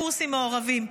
הקורסים מעורבים.